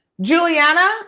Juliana